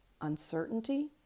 uncertainty